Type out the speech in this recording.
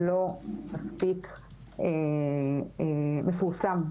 לא מספיק מפורסם.